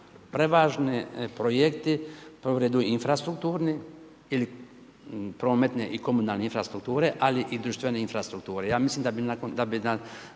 prevažni projekti, u prvom redu infrastrukturni ili prometne i komunalne infrastrukture, ali i društvene infrastrukture.